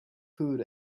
food